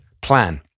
plan